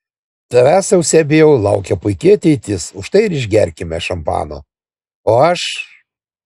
tavęs euzebijau laukia puiki ateitis už tai ir išgerkime šampano o aš